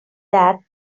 that